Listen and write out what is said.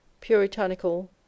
puritanical